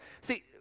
see